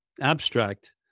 abstract